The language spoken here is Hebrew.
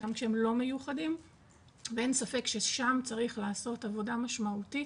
גם כשהם לא מיוחדים ואין ספק ששם צריך לעשות עבודה משמעותית